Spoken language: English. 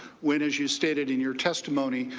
when as you stated in your testimony,